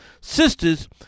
sisters